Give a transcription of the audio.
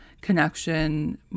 connection